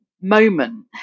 moment